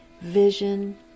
vision